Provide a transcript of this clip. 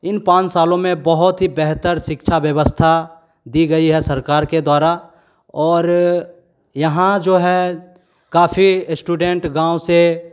इन पाँच सालों में बहुत ही बेहतर शिक्षा व्यवस्था दी गई है सरकार के द्वारा और यहाँ जो है काफ़ी इस्टूडेंट गाँव से